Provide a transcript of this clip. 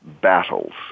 battles